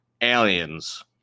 aliens